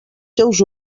seus